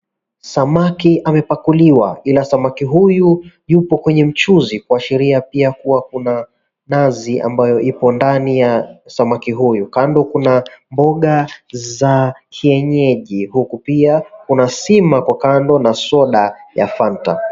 Samaki amepakuliwa ila samaki huyu yupo kwenye mchuzi kuashiria pia kua kuna nazi ambayo ipo ndani ya samaki huyu. Kando kuna mboga za kienyeji, huku pia kuna sima kwa kando na soda ya Fanta.